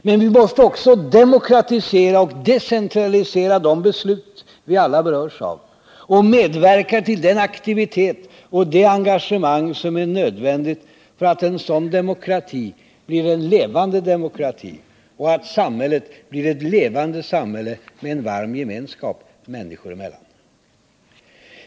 Men vi måste också demokratisera och decentralisera de beslut vi alla berörs av och medverka till den aktivitet och det engagemang som är nödvändigt för att en sådan demokrati skall bli en levande demokrati och samhället skall bli ett levande samhälle med en varm gemenskap människor emellan.